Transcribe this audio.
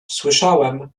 słyszałam